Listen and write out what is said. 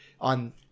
on